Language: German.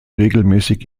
regelmäßig